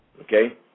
okay